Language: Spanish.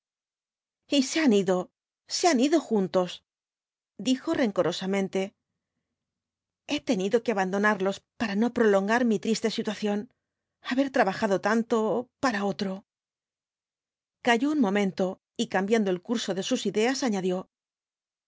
se han ido se han ido juntos dijo rencorosamente he tenido que abandonarlos para no prolon v bl as x ibáñsz gar mi triste situación haber trabajado tanto para otro calló un momento y cambiando el curso de sus ideas añadió